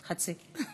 חצי.